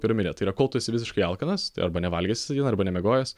piramidė tai yra kol tu esi visiškai alkanas arba nevalgęs visą dieną arba nemiegojęs